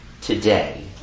today